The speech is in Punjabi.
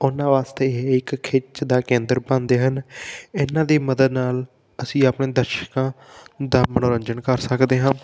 ਉਹਨਾਂ ਵਾਸਤੇ ਇਹ ਇੱਕ ਖਿੱਚ ਦਾ ਕੇਂਦਰ ਬਣਦੇ ਹਨ ਇਹਨਾਂ ਦੀ ਮਦਦ ਨਾਲ ਅਸੀਂ ਆਪਣੇ ਦਰਸ਼ਕਾਂ ਦਾ ਮਨੋਰੰਜਨ ਕਰ ਸਕਦੇ ਹਾਂ